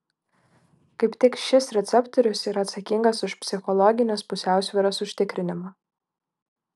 kaip tik šis receptorius yra atsakingas už psichologinės pusiausvyros užtikrinimą